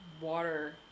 water